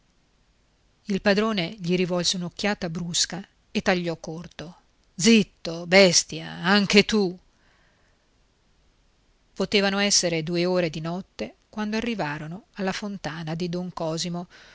il padrone gli rivolse un'occhiata brusca e tagliò corto zitto bestia anche tu potevano essere due ore di notte quando arrivarono alla fontana di don cosimo